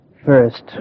first